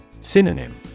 Synonym